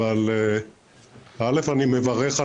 או בין הגוף המשקם,